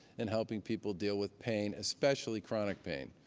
and helping people deal with pain, especially chronic pain.